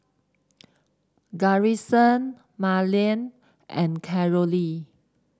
Garrison Marlen and Carolee